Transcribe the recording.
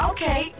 Okay